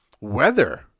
weather